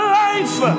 life